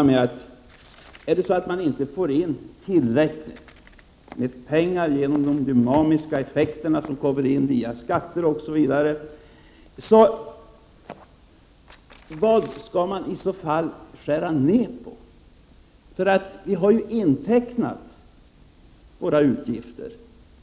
Om man inte får in till räckligt med pengar genom de dynamiska effekterna — jag tänker då på t.ex. skatterna — undrar jag var man skall skära ned. Våra utgifter